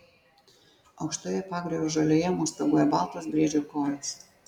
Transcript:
aukštoje pagriovio žolėje mostaguoja baltos briedžio kojos